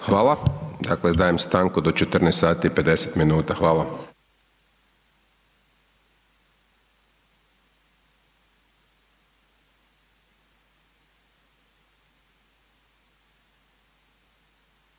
Hvala. Dakle, dajem stanku do 14 sati i 50 minuta. Hvala. STANKA